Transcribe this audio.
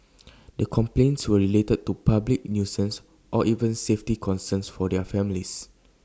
the complaints were related to public nuisance or even safety concerns for their families